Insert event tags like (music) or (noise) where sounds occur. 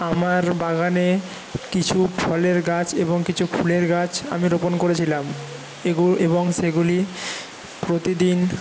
আমার বাগানে কিছু ফলের গাছ এবং কিছু ফুলের গাছ আমি রোপণ করেছিলাম (unintelligible) এবং সেগুলি প্রতিদিন